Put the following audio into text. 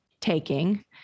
taking